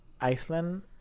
Iceland